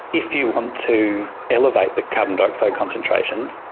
if you want to elevate the carbon dioxide concentrations,